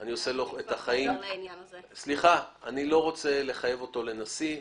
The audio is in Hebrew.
אני לא רוצה לחייב אותו לנשיא.